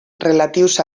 relatius